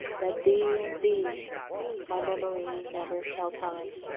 that thee and thee my memory never shall tyne.